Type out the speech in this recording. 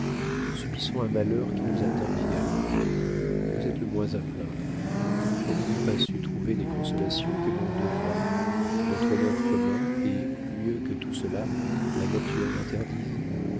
subissons un malheur qui nous atteint également vous êtes le moins à plaindre n'avez-vous pas su trouver des consolations que mon devoir notre honneur commun et mieux que tout cela la nature m'interdisent